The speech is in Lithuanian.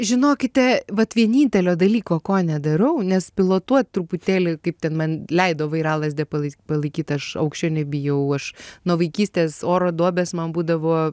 žinokite vat vienintelio dalyko ko nedarau nes pilotuot truputėlį kaip ten man leido vairalazdę palai palaikyt palaikyt aš aukščio nebijau aš nuo vaikystės oro duobės man būdavo